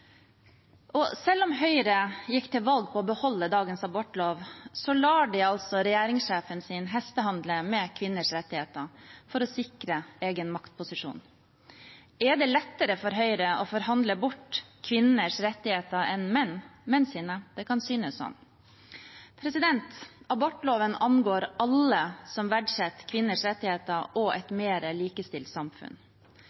ta. Selv om Høyre gikk til valg på å beholde dagens abortlov, lar de regjeringssjefen sin hestehandle med kvinners rettigheter for å sikre egen maktposisjon. Er det lettere for Høyre å forhandle bort kvinners rettigheter enn menns? Det kan synes sånn. Abortloven angår alle som verdsetter kvinners rettigheter og et